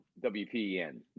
WPEN